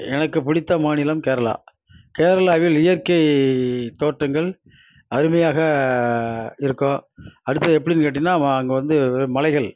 எனக்கு பிடித்த மாநிலம் கேரளா கேரளாவில் இயற்கை தோட்டங்கள் அருமையாக இருக்கும் அடுத்தது எப்படின்னு கேட்டீன்னால் அங்கே வந்து மலைகள்